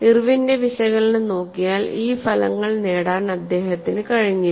ഇർവിന്റെ വിശകലനം നോക്കിയാൽ ആ ഫലങ്ങൾ നേടാൻ അദ്ദേഹത്തിന് കഴിഞ്ഞില്ല